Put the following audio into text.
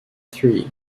three